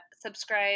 subscribe